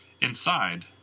Inside